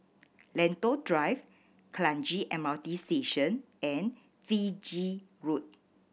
Lentor Drive Kranji M R T Station and Fiji Road